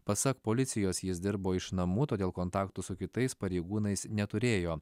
pasak policijos jis dirbo iš namų todėl kontaktų su kitais pareigūnais neturėjo